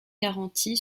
garantie